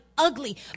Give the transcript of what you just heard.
ugly